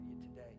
today